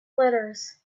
glitters